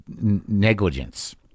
negligence